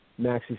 maxi